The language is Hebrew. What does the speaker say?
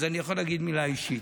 אז אני יכול להגיד מילה אישית.